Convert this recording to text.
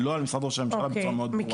לא על משרד ראש הממשלה בצורה מאוד ברורה.